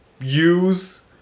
use